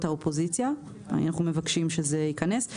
האופוזיציה אנו מבקשים שזה ייכנס.